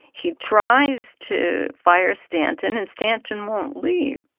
he tries to fire stanton, and stanton won't leave.